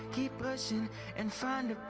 keep pushing and find